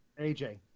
AJ